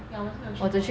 ya 我也是没有去过